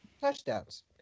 touchdowns